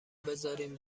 بذارین